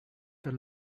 the